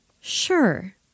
Sure